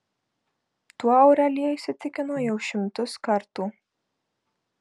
tuo aurelija įsitikino jau šimtus kartų